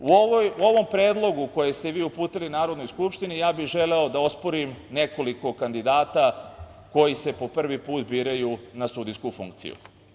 U ovom Predlogu koji ste vi uputili Narodnoj skupštini, ja bih želeo da osporim nekoliko kandidata koji se po prvi put biraju na sudijsku funkciju.